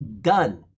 done